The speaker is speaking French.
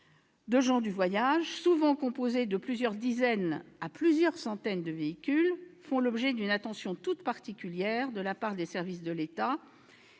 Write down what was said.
de gens du voyage, souvent composés de plusieurs dizaines à plusieurs centaines de véhicules, font l'objet d'une attention toute particulière de la part des services de l'État,